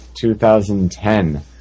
2010